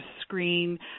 screen